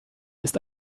ist